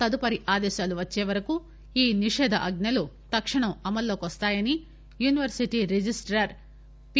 తదుపరి ఆదేశాలు వచ్చే వరకు ఈ నిషేధాజ్పలు తక్షణం అమల్లోకి వస్తాయని యూనివర్సిటీ రిజిస్టార్ పి